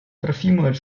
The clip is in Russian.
трофимович